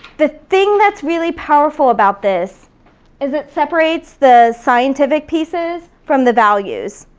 the thing that's really powerful about this is it separates the scientific pieces from the values,